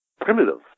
primitive